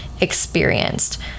experienced